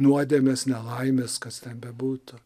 nuodėmės nelaimės kas ten bebūtų